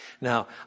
Now